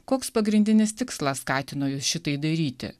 koks pagrindinis tikslas skatino jus šitai daryti